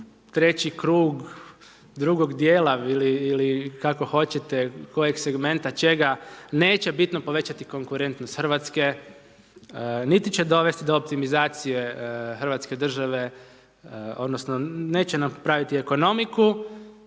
treći krug drugog dijela ili kako hoćete kojeg segmenta, čega, neće bitno povećati konkurentnost Hrvatske, niti će dovesti do optimizacije Hrvatske države, odnosno neće nam praviti ekonomiku